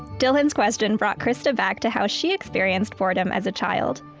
dylan's question brought krista back to how she experienced boredom as a child,